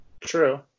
True